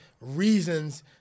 reasons